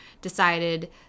decided